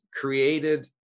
created